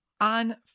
on